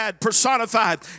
personified